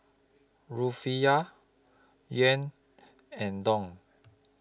Rufiyaa Yuan and Dong